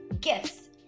Gifts